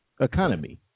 economy